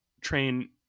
train